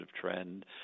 trend